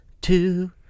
two